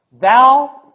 Thou